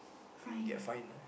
we will get fine lah